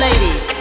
Ladies